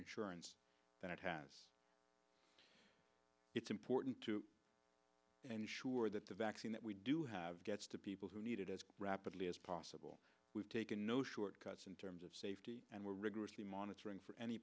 insurance than it has it's important to ensure that the vaccine that we do have gets to people who need it as rapidly as possible we've taken no shortcuts in terms of safety and we're rigorously monitoring for any